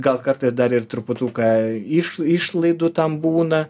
gal kartais dar ir truputuką iš išlaidų tam būna